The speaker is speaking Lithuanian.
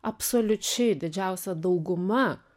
absoliučiai didžiausia dauguma